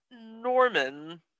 Norman